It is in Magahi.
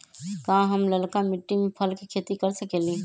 का हम लालका मिट्टी में फल के खेती कर सकेली?